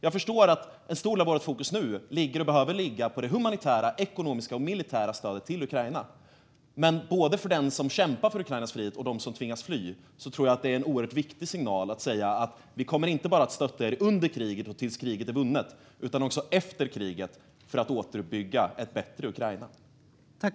Jag förstår att en stor del av vårt fokus nu ligger och behöver ligga på det humanitära, ekonomiska och militära stödet till Ukraina, men både för dem som kämpar för Ukrainas frihet och för dem som tvingas fly tror jag att det är en oerhört viktig signal att säga: Vi kommer inte bara att stötta er under kriget och tills kriget är vunnet utan också efter kriget för att återuppbygga ett bättre Ukraina.